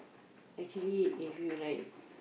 actually if you right